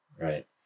right